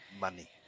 Money